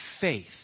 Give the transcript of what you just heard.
faith